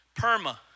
Perma